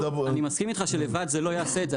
אני מסכים איתך שלבד זה לא יעשה את זה,